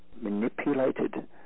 manipulated